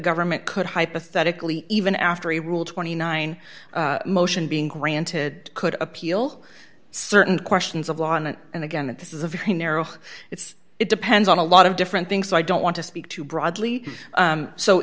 government could hypothetically even after a rule twenty nine motion being granted could appeal certain questions of law on it and again that this is a very narrow it's it depends on a lot of different things i don't want to speak too broadly